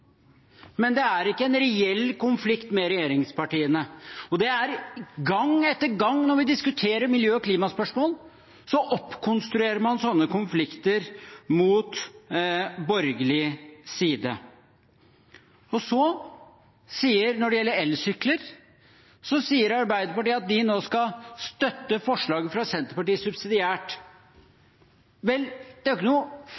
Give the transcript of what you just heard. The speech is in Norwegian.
Men det er ikke en reell konflikt med regjeringspartiene. Gang på gang når vi diskuterer miljø- og klimaspørsmål, oppkonstruerer man slike konflikter mot borgerlig side. Når det gjelder elsykler, sier Arbeiderpartiet at de nå skal støtte forslaget fra Senterpartiet